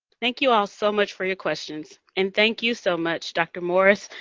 thank you all so much for your questions. and thank you so much, dr. morris,